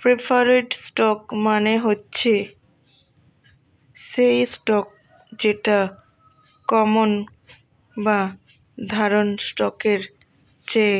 preferred stock মানে হচ্ছে সেই স্টক যেটা কমন বা সাধারণ স্টকের চেয়ে